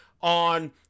on